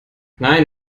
nein